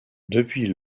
depuis